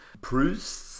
Proust